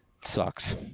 Sucks